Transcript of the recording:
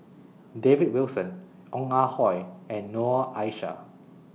David Wilson Ong Ah Hoi and Noor Aishah